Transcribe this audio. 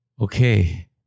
Okay